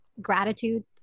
gratitude